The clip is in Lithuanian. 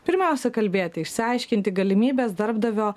pirmiausia kalbėti išsiaiškinti galimybes darbdavio